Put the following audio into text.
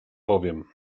powiem